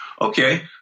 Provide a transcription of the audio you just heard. Okay